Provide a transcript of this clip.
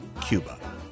Cuba